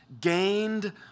gained